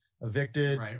evicted